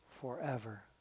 forever